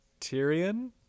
Tyrion